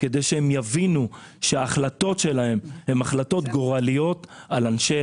בגלל שיש רוחות לא טובות מחוץ לערים שמשפיעות על הערים,